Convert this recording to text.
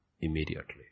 immediately